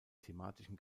thematischen